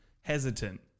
hesitant